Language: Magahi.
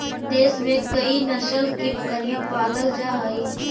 देश में कई नस्ल की बकरियाँ पालल जा हई